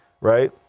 right